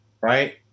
right